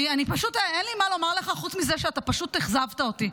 אני פשוט אין לי מה לומר לך חוץ מזה שפשוט אכזבת אותי.